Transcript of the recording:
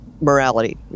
morality